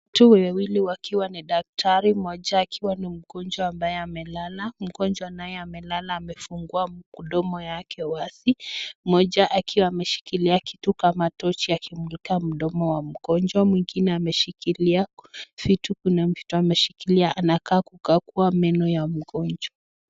wawili wakiwa nidakitari mmoja akiwa ni mgonjwa ambaye amelala, mgonjwa naye amelala amefungua mdomo yake wazi moja akiwa ameshikilia kitu kama tochi akimulika mdomo wa mgonjwa mwingine ameshikilia kuna vitu ameshikilia anakaa kukagua meno ya mjonjwa.